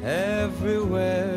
f v